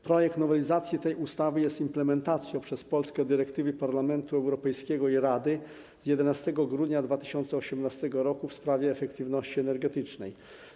Projekt nowelizacji tej ustawy jest implementacją przez Polskę dyrektywy Parlamentu Europejskiego i Rady z 11 grudnia 2018 r. w sprawie efektywności energetycznej.